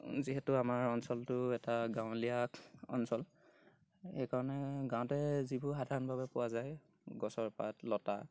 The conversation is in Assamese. যিহেতু আমাৰ অঞ্চলটো এটা গাঁৱলীয়া অঞ্চল সেইকাৰণে গাঁৱতে যিবোৰ সাধাৰণভাৱে পোৱা যায় গছৰ পাত লতা